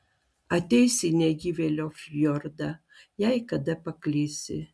ateisi į negyvėlio fjordą jei kada paklysi